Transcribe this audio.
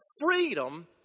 freedom